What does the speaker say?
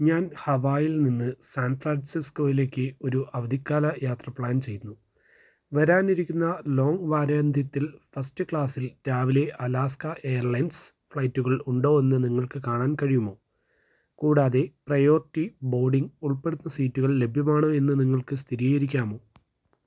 ഞാൻ ഹവായിൽ നിന്ന് സാൻഫ്രാൻസിസ്കോയിലേക്ക് ഒരു അവധിക്കാല യാത്ര പ്ലാൻ ചെയ്യുന്നു വരാനിരിക്കുന്ന ലോങ്ങ് വാരാന്ത്യത്തിൽ ഫസ്റ്റ് ക്ലാസിൽ രാവിലെ അലാസ്ക എയർലൈൻസ് ഫ്ലൈറ്റുകൾ ഉണ്ടോ എന്ന് നിങ്ങൾക്ക് കാണാൻ കഴിയുമോ കൂടാതെ പ്രയോരിറ്റി ബോഡിങ് ഉൾപ്പെടുന്ന സീറ്റുകൾ ലഭ്യമാണോ എന്ന് നിങ്ങൾക്ക് സ്ഥിരീകരിക്കാമോ